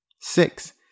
Six